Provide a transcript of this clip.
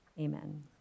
amen